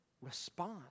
respond